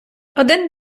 один